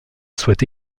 souhaite